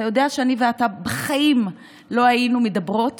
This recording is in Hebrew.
אתה יודע שאני ואתה בחיים לא היינו מדברות